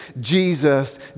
Jesus